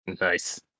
nice